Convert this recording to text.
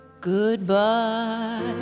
Goodbye